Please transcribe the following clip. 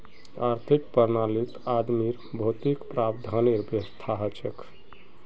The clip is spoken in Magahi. आर्थिक प्रणालीत आदमीर भौतिक प्रावधानेर व्यवस्था हछेक